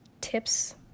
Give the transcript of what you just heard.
tips